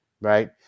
Right